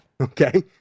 Okay